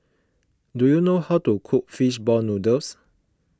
do you know how to cook Fish Ball Noodles